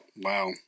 Wow